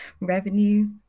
revenue